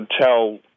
tell